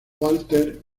walter